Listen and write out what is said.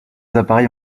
appareils